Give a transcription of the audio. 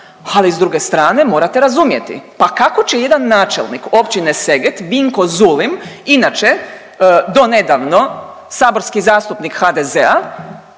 ali s druge strane, morate razumjeti. Pa kako će jedan načelnik općine Seget Vinko Zulim, inače donedavno saborski zastupnik HDZ-a